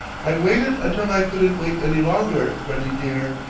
i waited until i couldn't wait any longer, freddie dear.